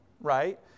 Right